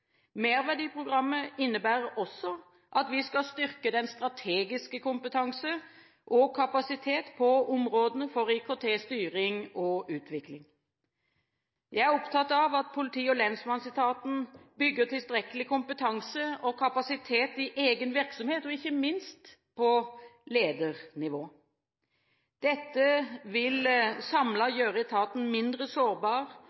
Merverdiprogrammet innebærer også at vi skal styrke den strategiske kompetansen og kapasiteten på områdene for IKT-styring og -utvikling. Jeg er opptatt av at politi- og lensmannsetaten bygger tilstrekkelig kompetanse og kapasitet i egen virksomhet, ikke minst på ledernivå. Dette vil